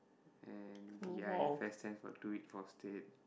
and D_I_F_S stands for do it for stead